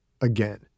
Again